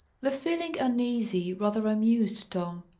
the feeling uneasy rather amused tom.